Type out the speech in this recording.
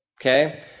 Okay